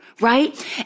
right